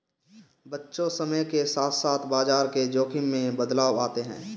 बच्चों समय के साथ साथ बाजार के जोख़िम में बदलाव आते हैं